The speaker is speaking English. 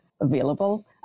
available